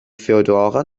feodora